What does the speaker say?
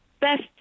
best